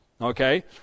Okay